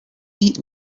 eat